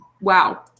Wow